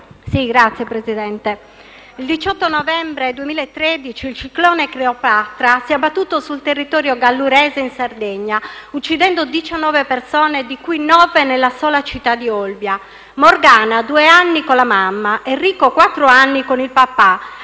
colleghe e colleghi, il 18 novembre 2013 il ciclone Cleopatra si è abbattuto sul territorio gallurese in Sardegna, uccidendo diciannove persone, di cui nove nella sola città di Olbia: Morgana (due anni) e la mamma, Enrico (quattro anni) con il papà,